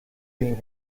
being